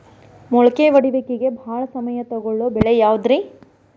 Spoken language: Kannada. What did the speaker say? ಮೊಳಕೆ ಒಡೆಯುವಿಕೆಗೆ ಭಾಳ ಸಮಯ ತೊಗೊಳ್ಳೋ ಬೆಳೆ ಯಾವುದ್ರೇ?